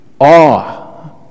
awe